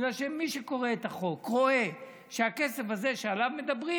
בגלל שמי שקורא את החוק רואה שהכסף הזה שעליו מדברים,